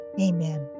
Amen